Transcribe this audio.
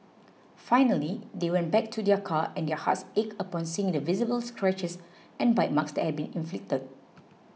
finally they went back to their car and their hearts ached upon seeing the visible scratches and bite marks that had been inflicted